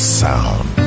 sound